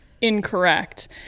incorrect